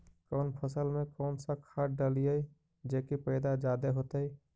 कौन फसल मे कौन सा खाध डलियय जे की पैदा जादे होतय?